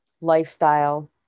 lifestyle